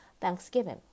Thanksgiving